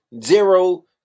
zero